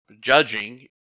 judging